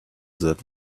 that